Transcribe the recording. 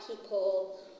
people